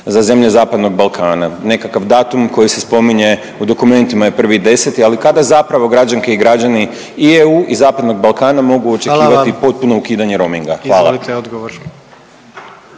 za zemlje Zapadnog Balkana. Nekakav datum koji se spominje u dokumentima je 1.10., ali kada zapravo građani i građanke i EU i Zapadnog Balkana …/Upadica: Hvala vam./… mogu očekivati potpuno ukidanje roaminga. Hvala. **Jandroković,